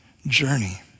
Journey